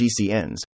GCNs